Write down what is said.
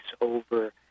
over